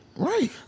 Right